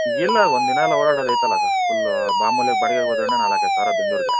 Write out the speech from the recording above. ಇಲ್ಲ ಒಂದಿನ ಎಲ್ಲ ಓಡಾಡದು ಐತಲ್ಲ ಸರ್ ಫುಲ್ಲೂ ಮಾಮೂಲಿ ಬಾಡ್ಗೆಗೆ ಹೋದ್ರೆ ನಾಲ್ಕು ಐದು ಸಾವಿರ ಬೆಂಗ್ಳೂರಿಗೆ